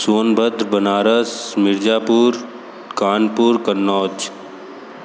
Sonbhadra Banaras Mirzapur Kanpur Kannauj